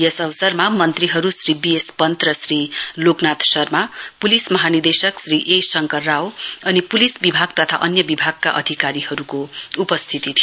यस अवसरमा मन्त्रीहरू श्री बीएस पन्त र श्री लोकनाथ शर्मा पुलिस महानिर्देशक श्री ए शंकर रावो अनि पुलिस विभाग तथा अन्य विभागका अधिकारीहरूको उपस्थिति थियो